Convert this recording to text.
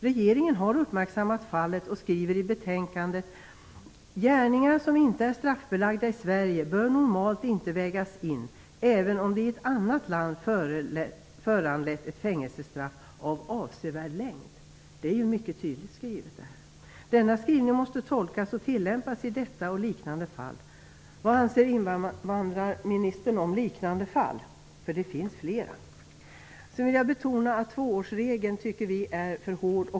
Regeringen har uppmärksammat fallet och skriver att gärningar som inte är straffbelagda i Sverige normalt inte bör vägas in även om det i ett annat land föranlett ett fängelsestraff av avsevärd längd. Det är mycket tydligt skrivet. Denna skrivning måste tolkas och tillämpas i detta och liknande fall, skriver man vidare. Vad anser invandrarministern om "liknande fall", för det finns fler? Jag vill betona att vi tycker att tvåårsregeln för hård.